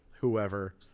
whoever